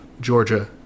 Georgia